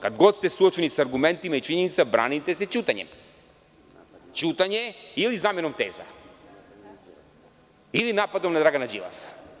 Kad god ste suočeni sa argumentima i činjenicama, branite se ćutanjem, zamenom teza ili napadom na Dragana Đilasa.